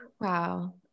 Wow